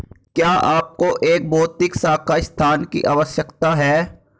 क्या आपको एक भौतिक शाखा स्थान की आवश्यकता है?